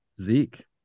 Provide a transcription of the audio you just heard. Zeke